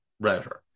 router